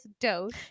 Dose